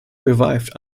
revived